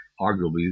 arguably